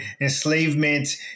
enslavement